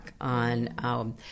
on